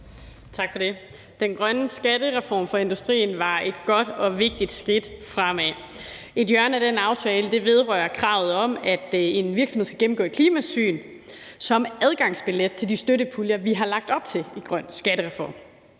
Den grønne skattereform for industrien var et godt og vigtigt skridt fremad. Et hjørne af den aftale vedrører kravet om, at en virksomhed skal gennemgå et klimasyn som adgangsbillet til de støttepuljer, vi har lagt op til med grøn skattereform.